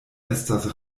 estas